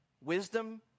Wisdom